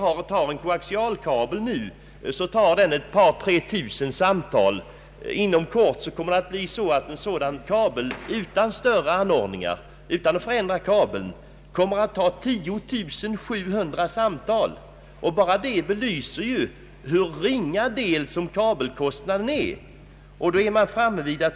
En koaxialkabel tar nu ett par tre tusen samtal. Inom kort kommer en sådan kabel utan större anordningar — utan förändringar av kabeln — att ta 10 700 samtal. Bara detta belyser hur ringa del kabelkostnaden utgör.